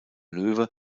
löwe